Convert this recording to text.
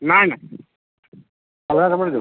ନାଇଁ ନାଇଁ ଅଲଗା କାମରେ ଯ